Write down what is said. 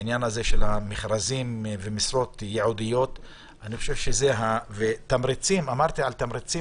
עניין המכרזים והמשרות הייעודיות ותמריצים אמרתי על תמריצים